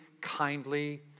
kindly